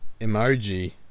Emoji